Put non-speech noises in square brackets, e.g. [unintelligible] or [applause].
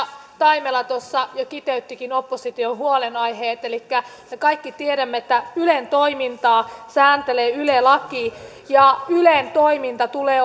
taimela tuossa jo kiteyttikin opposition huolenaiheet elikkä me kaikki tiedämme että ylen toimintaa sääntelee yle laki ja ylen toiminnan tulee [unintelligible]